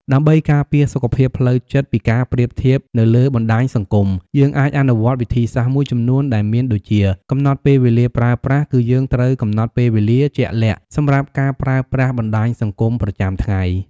ដើម្បីការពារសុខភាពផ្លូវចិត្តពីការប្រៀបធៀបនៅលើបណ្ដាញសង្គម យើងអាចអនុវត្តវិធីសាស្រ្តមួយចំនួនដែលមានដូចជា កំណត់ពេលវេលាប្រើប្រាស់ គឺយើងត្រូវកំណត់ពេលវេលាជាក់លាក់សម្រាប់ការប្រើប្រាស់បណ្ដាញសង្គមប្រចាំថ្ងៃ។